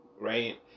right